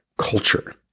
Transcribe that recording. culture